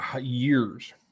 years